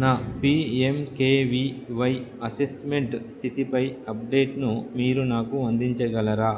నా P M K V Y assessment స్థితిపై అప్డేట్ను మీరు నాకు అందించగలరా